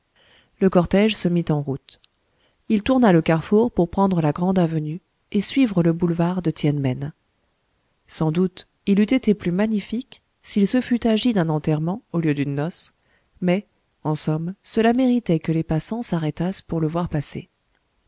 le cortège se mit en route il tourna le carrefour pour prendre la grande avenue et suivre le boulevard de tiène men sans doute il eût été plus magnifique s'il se fût agi d'un enterrement au lieu d'une noce mais en somme cela méritait que les passants s'arrêtassent pour le voir passer